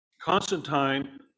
constantine